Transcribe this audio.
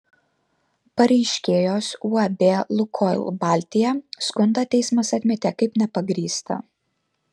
pareiškėjos uab lukoil baltija skundą teismas atmetė kaip nepagrįstą